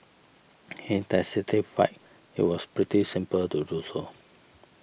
he testified it was pretty simple to do so